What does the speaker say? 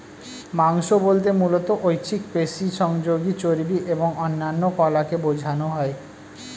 মাংস বলতে মূলত ঐচ্ছিক পেশি, সহযোগী চর্বি এবং অন্যান্য কলাকে বোঝানো হয়